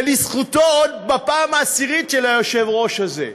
ולזכותו, בפעם העשירית, של היושב-ראש הזה,